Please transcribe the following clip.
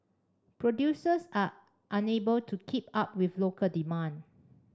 producers are unable to keep up with local demand